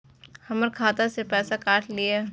हमर खाता से पैसा काट लिए?